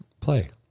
play